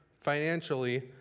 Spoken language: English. financially